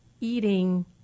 eating